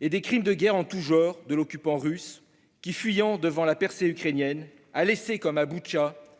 et des crimes de guerre en tout genre de l'occupant russe, qui, fuyant devant la percée ukrainienne, a laissé derrière